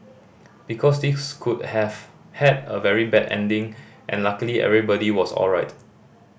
because this could have had a very bad ending and luckily everybody was alright